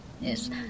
yes